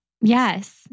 Yes